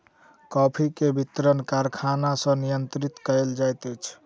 coffee के वितरण कारखाना सॅ नियंत्रित कयल जाइत अछि